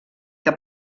que